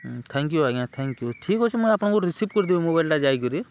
ହଁ thank you ଆଜ୍ଞା thank you ଠିକ୍ ଅଛେ ମୁଇଁ ଆପଣ୍ଙ୍କୁ ରିସିଭ୍ କରିଦେବି ମୋବାଇଲ୍ଟା ଯାଇକରି